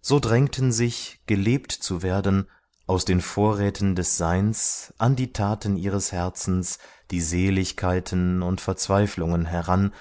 so drängten sich gelebt zu werden aus den vorräten des seins an die taten ihres herzens die seligkeiten und verzweiflungen heran